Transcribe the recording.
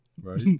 right